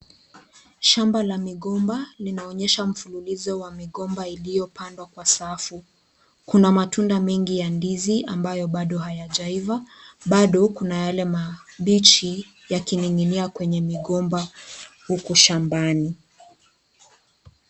Shamba la migomba linaonyesha mfululizo wa migomba iliyopandwa kwa safu, kuna matunda mengi ya ndizi ambayo bado hayajaiva, bado kuna yale mabichi yakininginia kwenye migomba huko shambani.